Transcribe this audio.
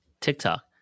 TikTok